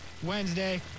Wednesday